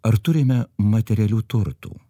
ar turime materialių turtų